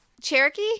Cherokee